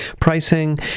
Pricing